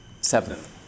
Seventh